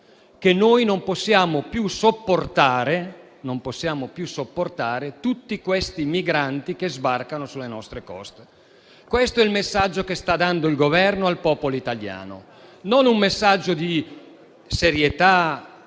che noi non possiamo più sopportare tutti questi migranti che sbarcano sulle nostre coste. Questo è il messaggio che sta dando il Governo al popolo italiano, non un messaggio di serietà.